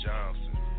Johnson